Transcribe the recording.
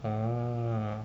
oh